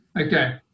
Okay